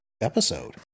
episode